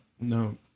No